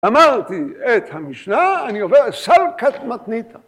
אמרתי את המשנה, אני עובר אסלקט מתניתא.